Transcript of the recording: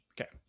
okay